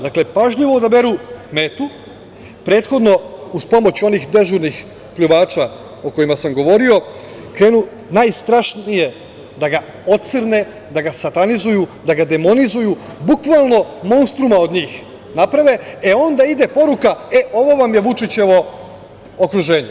Dakle, pažljivo odaberu metu, prethodno, uz pomoć onih dežurnih pljuvača o kojima sam govorio, krenu najstrašnije da ga ocrne, da ga satanizuju, da ga demonizuju, bukvalno monstruma od njih naprave, e onda ime poruka – ovo vam je Vučićevo okruženje.